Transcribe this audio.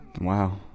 wow